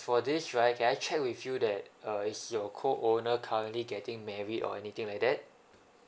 for this right can I check with you that uh is your co owner currently getting married or anything like that